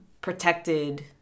protected